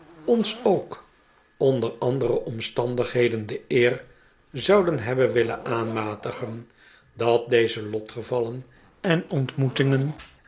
ons ook onder andere omstandigheden de eer zouden hebben willen aanmatigen dat deze lotgevallen en ontmoetingen